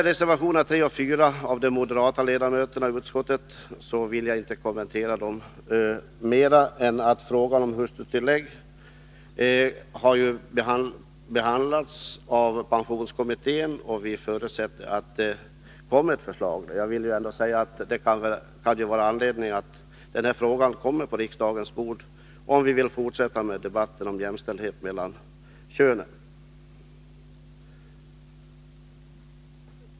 Reservationerna 3 och 4 av de moderata ledamöterna i utskottet vill jag inte kommentera mer än att säga att frågan om hustrutillägg har behandlats av pensionskommittén. Vi förutsätter att den kommer med ett förslag. Det kan finnas en annan anledning till att frågan kommer på riksdagens bord, och det är om vi vill fortsätta debatten om jämställdhet mellan könen.